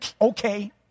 Okay